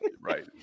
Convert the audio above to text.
right